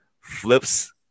flips